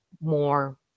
more